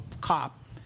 cop